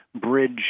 bridge